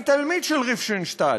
אני תלמיד של ריפנשטאהל.